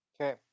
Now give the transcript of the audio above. Okay